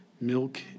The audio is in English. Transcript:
Milk